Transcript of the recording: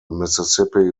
mississippi